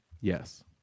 yes